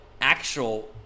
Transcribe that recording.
actual